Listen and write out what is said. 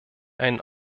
einen